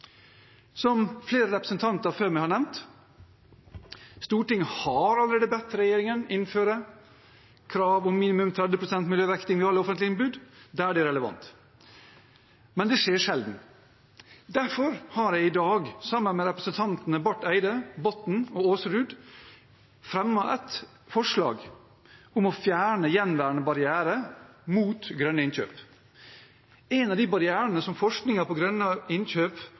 Som flere representanter før meg har nevnt: Stortinget har allerede bedt regjeringen innføre krav om minimum 30 pst. miljøvekting ved alle offentlige anbud der det er relevant. Men det skjer sjelden. Derfor har jeg i dag, sammen med representantene Barth Eide, Botten og Aasrud, fremmet et representantforslag om å fjerne gjenværende barrierer mot grønne innkjøp. En av de barrierene som forskningen på grønne innkjøp